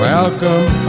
Welcome